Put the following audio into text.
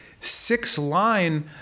six-line